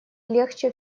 легче